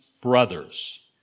brothers